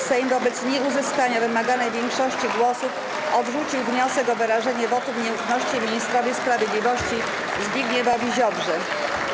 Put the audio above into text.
Sejm wobec nieuzyskania wymaganej większości głosów odrzucił wniosek o wyrażenie wotum nieufności ministrowi sprawiedliwości Zbigniewowi Ziobrze.